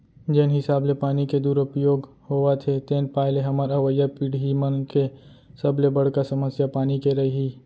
जेन हिसाब ले पानी के दुरउपयोग होवत हे तेन पाय ले हमर अवईया पीड़ही मन के सबले बड़का समस्या पानी के रइही